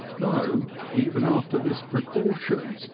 though, even after this precaution,